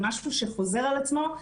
זה משהו שחוזר על עצמו,